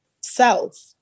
self